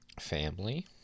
Family